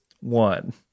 one